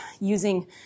using